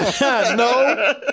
No